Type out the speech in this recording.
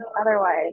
otherwise